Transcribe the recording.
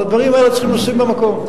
את הדברים האלה צריך לשים במקום.